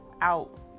out